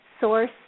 source